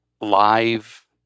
Live